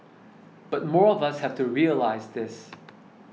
but more of us have to realise this